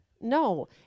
No